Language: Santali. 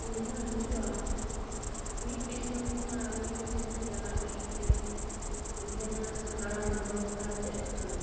ᱩᱭᱦᱟᱹᱨ ᱦᱟᱹᱡᱩᱜᱼᱟ ᱢᱤᱫ ᱫᱤᱥᱚᱢ ᱠᱷᱚᱱᱟᱜ ᱟᱨ ᱢᱤᱫ ᱫᱤᱥᱚᱢ ᱛᱮ ᱪᱟᱞᱟᱜ ᱞᱟᱹᱜᱤᱫ ᱛᱮ ᱚᱸᱰᱮᱱᱟᱜ ᱥᱟᱜᱟᱲᱚᱢ ᱵᱮᱵᱚᱥᱛᱷᱟ ᱪᱮᱫ ᱞᱮᱠᱟᱱᱟ